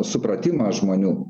supratimą žmonių